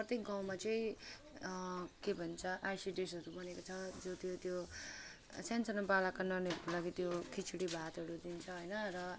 प्रत्येक गाउँमा चाहिँ के भन्छ आइसिडेसहरू बनेको छ जो त्यो त्यो सानो सानो बालक नानीहरू लागि त्यो खिचडी भातहरू दिन्छ होइन र